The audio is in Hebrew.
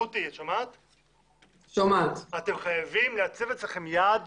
אתם חייבים להציב אצלכם יעד